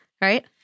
Right